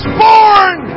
born